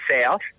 South